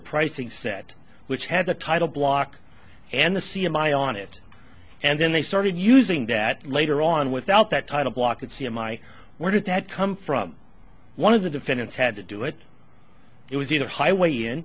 pricing set which had the title block and the c m i on it and then they started using that later on without that title block at c m i where did that come from one of the defendants had to do it it was either highway in